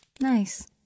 Nice